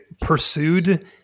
pursued